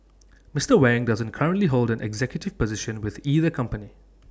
Mister Wang doesn't currently hold an executive position with either company